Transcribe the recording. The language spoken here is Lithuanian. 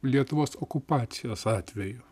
lietuvos okupacijos atveju